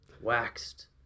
waxed